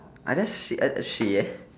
I just say I say yes